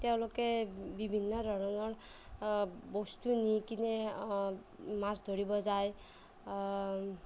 তেওঁলোকে বিভিন্ন ধৰণৰ বস্তু নি কিনে মাছ ধৰিব যায়